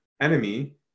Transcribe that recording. enemy